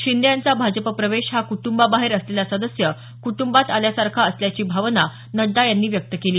शिंदे यांचा भाजप प्रवेश हा कुटुंबाबाहेर असलेला सदस्य कुटुंबात आल्यासारखा असल्याची भावना नड्डा यांनी व्यक्त केली